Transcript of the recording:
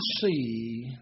see